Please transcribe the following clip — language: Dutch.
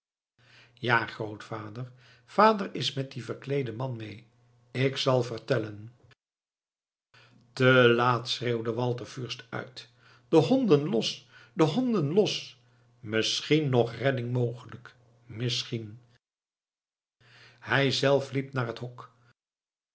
ja grootvader vader is met dien verkleeden man mee ik zal vertellen te laat schreeuwde walter fürst uit de honden los de honden los misschien nog redding mogelijk misschien hij zelf liep naar het hok